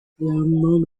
among